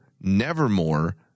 Nevermore